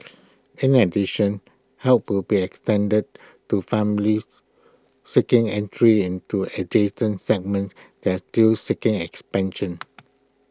in addition help will be extended to families seeking entry into adjacent segments that are still seeing expansion